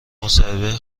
مصاحبه